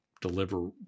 deliver